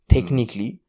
Technically